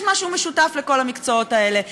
יש משהו משותף לכל המקצועות האלה,